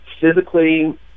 physically